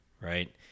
right